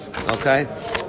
Okay